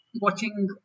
watching